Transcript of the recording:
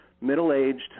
middle-aged